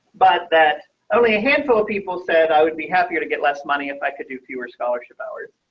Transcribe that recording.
but that only a handful of people said, i would be happy to get less money if i could do fewer scholarship hours.